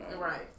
Right